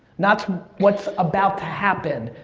that's what's about to happen,